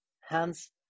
Hence